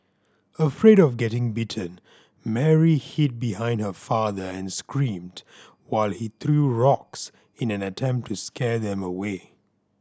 afraid of getting bitten Mary hid behind her father and screamed while he threw rocks in an attempt to scare them away